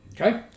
Okay